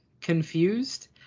confused